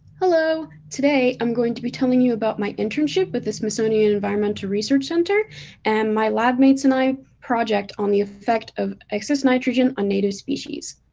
hello, today i am going to be telling you about my internship with the smithsonian environmental research center and my lab mates and i project on the affect of access nitrogen on native species.